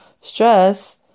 stress